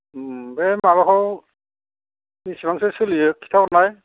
बे माबाखौ बेसेबांसो सोलियो खिथाहरनाय